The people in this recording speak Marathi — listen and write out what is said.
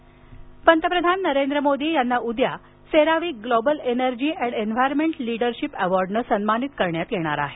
मोदी पंतप्रधान नरेंद्र मोदी यांना उद्या CERAWeek global energy and environment leadership अॅवॉर्डन सन्मानित करण्यात येणार आहे